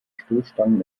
stoßstangen